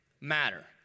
matter